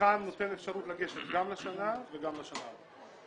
המבחן נותן אפשרות לגשת גם לשנה וגם לשנה הבאה.